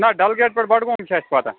نہَ ڈَل گیٹہٕ پٮ۪ٹھ بَڈگوٗم چھُ اَسہِ پَتہٕ